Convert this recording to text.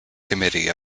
committee